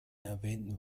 erwähnten